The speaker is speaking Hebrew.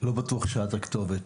לא בטוח שאת הכתובת.